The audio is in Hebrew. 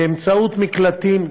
באמצעות מקלטים,